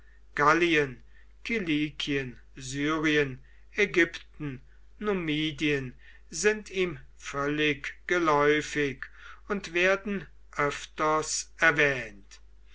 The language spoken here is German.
gallien kilikien syrien ägypten numidien sind ihm völlig geläufig und werden öfters erwähnt